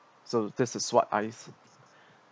so this is what I